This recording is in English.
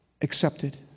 accepted